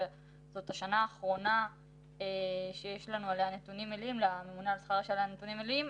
שזאת השנה האחרונה שיש לממונה על השכר יש עליה נתונים מלאים,